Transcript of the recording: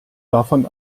davon